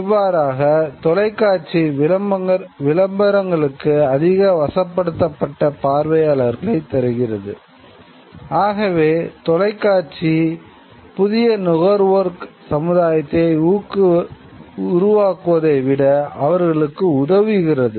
இவ்வாறாக தொலைக்காட்சி புதிய நுகர்வோர் சமுதாயத்தை உருவாக்குவதை விட அவர்களுக்கு உதவுகிறது